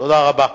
תודה רבה.